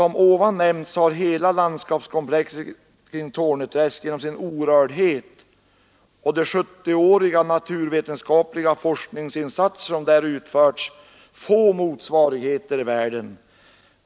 Som ovan nämnts har hela landskapskomplexet kring Torneträsk genom sin orördhet och de 70-åriga naturvetenskapliga forskningsinsatser som där utförts få motsvarigheter i världen.